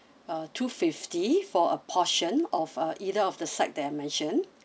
uh two fifty for a portion of uh either of the side that I mention